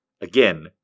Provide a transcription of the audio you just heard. Again